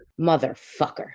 Motherfucker